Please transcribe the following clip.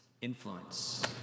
influence